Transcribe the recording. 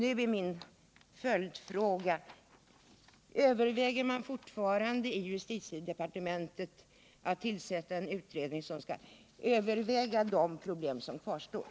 Nu är min följdfråga: Överväger man fortfarande i justitiedepartementet att tillsätta en utredning som skall överväga de problem som kvarstår?